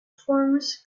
forms